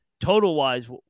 Total-wise